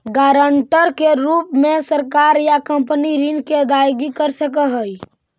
guarantor के रूप में सरकार या कंपनी ऋण के अदायगी कर सकऽ हई